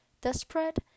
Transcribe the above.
Desperate